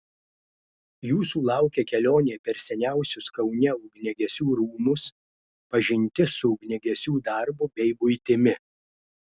jūsų laukia kelionė per seniausius kaune ugniagesių rūmus pažintis su ugniagesiu darbu bei buitimi